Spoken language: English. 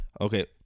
okay